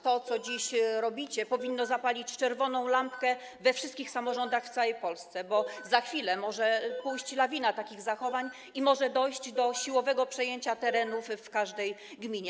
To, co dziś robicie, powinno zapalić czerwoną lampkę we wszystkich samorządach w całej Polsce, bo za chwilę może dojść do lawiny takich zachowań, może dojść do siłowego przejęcia terenów w każdej gminie.